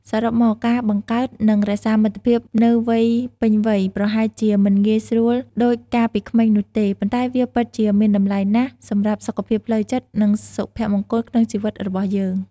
សរុបមក ការបង្កើត និងរក្សាមិត្តភាពនៅវ័យពេញវ័យប្រហែលជាមិនងាយស្រួលាដូចកាលពីក្មេងនោះទេ ប៉ុន្តែវាពិតជាមានតម្លៃណាស់សម្រាប់សុខភាពផ្លូវចិត្ត និងសុភមង្គលក្នុងជីវិតរបស់យើង។